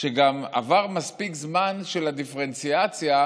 שגם עבר מספיק זמן של הדיפרנציאציה,